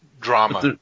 drama